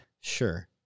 sure